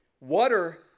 Water